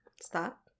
Stop